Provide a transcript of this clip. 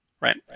right